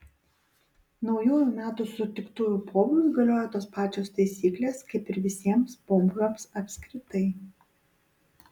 naujųjų metų sutiktuvių pobūviui galioja tos pačios taisyklės kaip ir visiems pobūviams apskritai